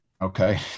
okay